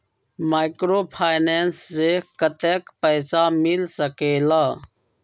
Microfinance से कतेक पैसा मिल सकले ला?